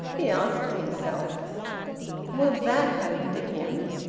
he asked himself will that happen to him,